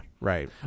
right